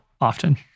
often